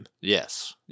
Yes